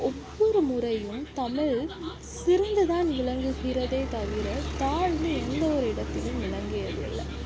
ஒவ்வொரு முறையும் தமிழ் சிறந்து தான் விளங்குகிறதே தவிர தாழ்ந்து எந்தவொரு இடத்திலும் விளங்கியது இல்லை